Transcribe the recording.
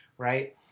right